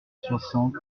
soixante